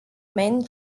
main